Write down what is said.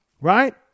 right